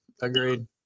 agreed